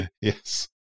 Yes